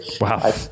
Wow